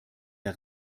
der